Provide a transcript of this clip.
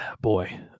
Boy